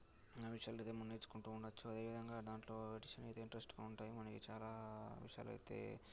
మన విషయాలు ఏమో నేర్చుకుంటూ ఉండవచ్చు అదేవిధంగా దాంట్లో ఎడిషన్ అయితే ఇంట్రెస్ట్గా ఉంటాయి మనకి చాలా విషయాలు అయితే